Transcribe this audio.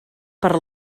per